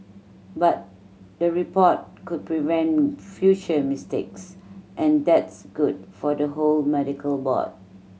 but the report could prevent future mistakes and that's good for the whole medical board